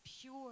pure